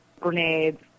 grenades